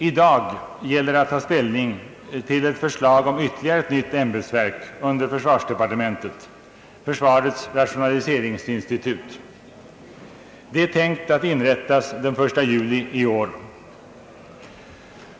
I dag gäller det att ta ställning till ett förslag om ytterligare ett nytt ämbetsverk under försvarsdepartementet — försvarets rationaliseringsinstitut. Det är tänkt att inrättas den 1 juli i år.